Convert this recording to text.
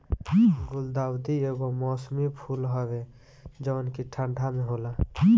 गुलदाउदी एगो मौसमी फूल हवे जवन की ठंडा में होला